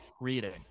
reading